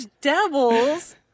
devils